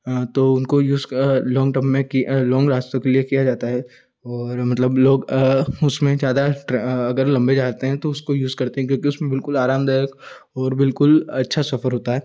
हाँ तो उनको यूज़ का लॉन्ग टर्म में की लॉन्ग लास्ट तक किया जाता है मतलब लोग उसमें ज़्यादा ट्रैवल अगर लम्बे जाते है तो उसका यूज करते हैं आरामदायक और बिलकुल अच्छा सफर होता है